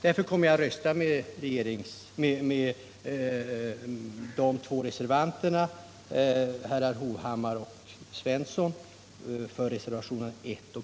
Därför kommer jag att rösta för reservationerna 1 och 2 av herrar Erik Hovhammar och Sten Svensson.